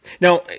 Now